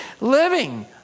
living